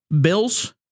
bills